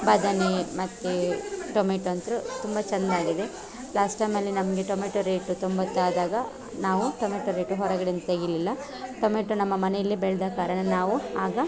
ಬದನೆ ಮತ್ತು ಟೊಮೆಟೊ ಅಂತು ತುಂಬ ಚೆಂದಾಗಿದೆ ಲಾಸ್ಟ್ ಟೈಮಲ್ಲಿ ನಮಗೆ ಟೊಮೆಟೊ ರೇಟ್ ತೊಂಬತ್ತಾದಾಗ ನಾವು ಟೊಮೆಟೊ ರೇಟ್ ಹೊರಗಡೆಯಿಂದ ತೆಗೀಲಿಲ್ಲ ಟೊಮೆಟೊ ನಮ್ಮ ಮನೇಲೇ ಬೆಳೆದ ಕಾರಣ ನಾವು ಆಗ